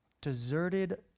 deserted